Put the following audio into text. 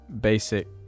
basic